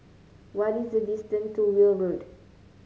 what is the distance to Weld Road